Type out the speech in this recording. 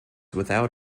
without